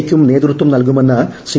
യ്ക്കും നേതൃത്വം നൽകുമെന്ന് ശ്രീ